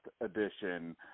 edition